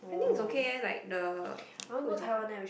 I think it's okay eh like the food is okay